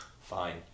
Fine